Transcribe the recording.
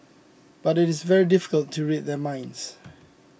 but it is very difficult to read their minds